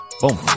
boom